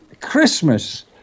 Christmas